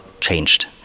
changed